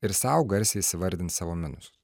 ir sau garsiai įsivardinti savo minusus